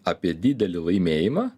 apie didelį laimėjimą